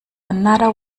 another